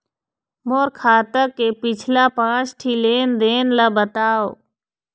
मोर खाता के पिछला पांच ठी लेन देन ला बताव?